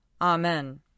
Amen